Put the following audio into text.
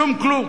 שום כלום.